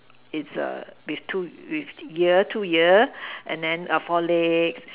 is a with two with ear two ears and then four legs